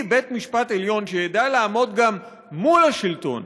בית-משפט עליון שידע לעמוד גם מול השלטון,